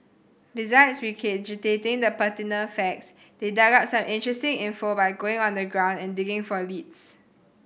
besides regurgitating the pertinent facts they dug up some interesting info by going on the ground and digging for leads